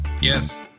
Yes